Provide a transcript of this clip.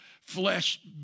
flesh